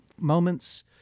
moments